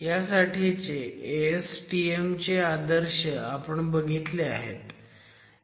ह्यासाठीचे ASTM चे आदर्श आपण बघितले आहेत